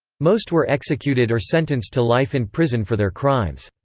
most were executed or sentenced to life in prison for their crimes.